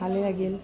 ভালেই লাগিল